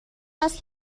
است